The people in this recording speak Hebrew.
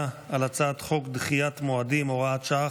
על הצעת חוק דחיית מועדים (הוראת שעה,